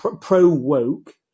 pro-woke